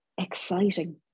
exciting